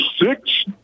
six